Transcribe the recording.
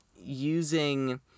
using